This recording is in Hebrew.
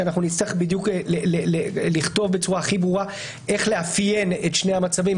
שאנחנו נצטרך בדיוק לכתוב בצורה הכי ברורה איך לאפיין את שני המצבים,